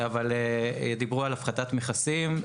אבל דיברו על הפחתת מכסים.